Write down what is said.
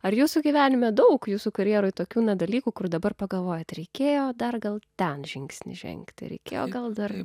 ar jūsų gyvenime daug jūsų karjeroj tokių na dalykų kur dabar pagalvojat reikėjo dar gal ten žingsnį žengti reikėjo gal dar